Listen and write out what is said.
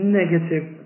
negative